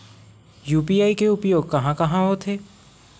UPI के उपयोग कहां कहा होथे?